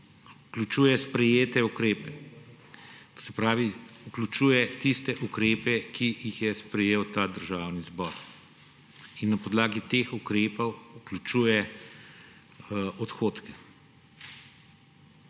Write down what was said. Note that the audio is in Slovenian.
Vključuje sprejete ukrepe. To se pravi, vključuje tiste ukrepe, ki jih je sprejel ta državni zbor, in na podlagi treh ukrepov vključuje odhodke.